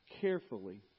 carefully